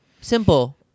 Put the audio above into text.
Simple